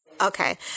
okay